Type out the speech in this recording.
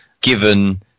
given